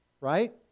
right